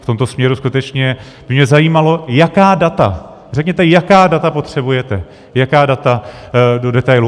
V tomto směru skutečně by mě zajímalo, jaká data, řekněte, jaká data potřebujete, jaká data do detailu.